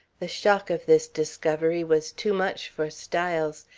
the shock of this discovery was too much for styles.